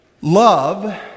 Love